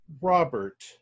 Robert